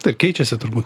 taip keičiasi turbūt